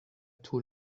طول